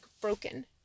broken